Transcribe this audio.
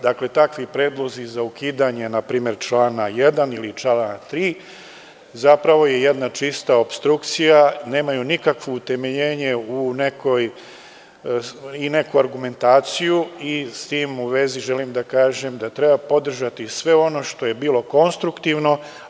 Dakle, takvi predlozi za ukidanje, na primer, člana 1. ili člana 3, zapravo je jedna čista opstrukcija, nemaju nikakvo utemeljenje i neku argumentaciju i s tim u vezi, želim da kažem da treba podržati sve ono što je bilo konstruktivno.